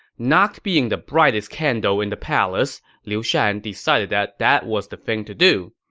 not being the brightest candle in the palace, liu shan decided that that was the thing to do.